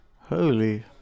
Holy